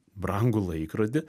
brangų laikrodį